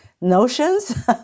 notions